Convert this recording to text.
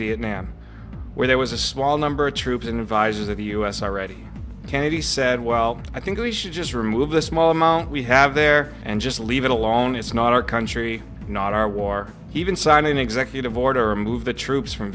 viet nam where there was a small number of troops and advisors of us already kennedy said well i think we should just remove the small amount we have there and just leave it alone it's not our country not our war even sign an executive order move the troops from